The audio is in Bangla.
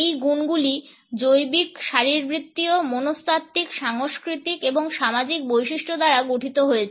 এই গুণগুলি জৈবিক শারীরবৃত্তীয় মনস্তাত্ত্বিক সাংস্কৃতিক এবং সামাজিক বৈশিষ্ট্য দ্বারা গঠিত হয়েছে